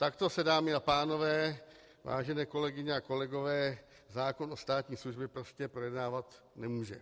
Takto se, dámy a pánové, vážené kolegyně a kolegové, zákon o státní službě prostě projednávat nemůže.